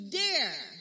dare